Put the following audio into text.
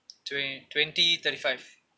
twen~ twenty thirty five